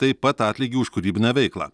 taip pat atlygį už kūrybinę veiklą